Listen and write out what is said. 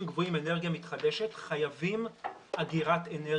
גבוהים אנרגיה מתחדשת חייבים אגירת אנרגיה.